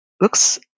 looks